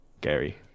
Gary